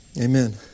Amen